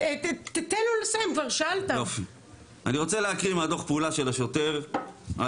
אני רוצה להקריא מדו"ח הפעולה של השוטר על